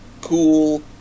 cool